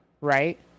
right